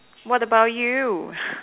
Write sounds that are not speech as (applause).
what about you (breath)